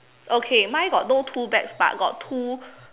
okay mine got no tool bags but got two